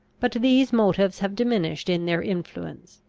but these motives have diminished in their influence.